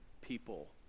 people